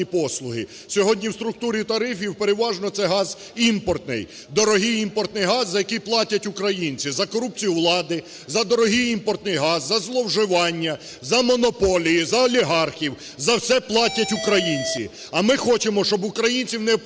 Сьогодні в структурі тарифів переважно це газ імпортний, дорогий імпортний газ, за який платять українці, за корупцію влади, за дорогий імпортний газ, за зловживання, за монополії, за олігархів – за все платять українці. А ми хочемо, щоб українців не обкрадали.